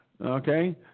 Okay